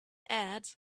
ads